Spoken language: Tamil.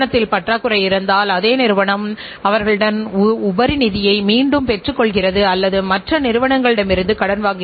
நாம் அந்த நோக்கங்களை அடைவதற்கான வழிமுறைகளை சிந்தித்து நாம் அதை அடைந்தால் மகிழ்ச்சியாக இருக்கலாம்